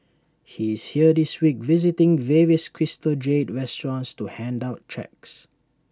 he is here this week visiting various crystal jade restaurants to hand out cheques